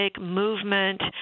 movement